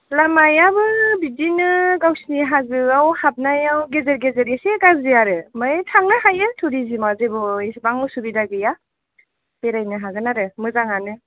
लामायाबो बिदिनो गावसोरनि हाजोआव हाबनायाव गेजेर गेजेर इसे गाज्रि आरो ओमफ्राय थांनो हायो टुरिजोमाव जेबो इसेबां उसुबिदा गैया बेरायनो हागोन आरो मोजाङानो